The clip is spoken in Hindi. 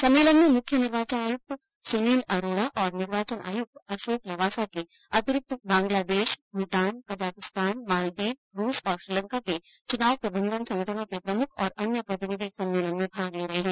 सम्मेलन में मुख्य निर्वाचन आयुक्त सुनील अरोड़ा और निर्वाचन आयुक्त अशोक लवासा के अतिरिक्त बांग्लादेश भूटान कजाख्स्तान मालदीव रूस और श्रीलंका के चुनाव प्रबंधन संगठनों के प्रमुख और अन्य प्रतिनिधि सम्मेलन में भाग ले रहे है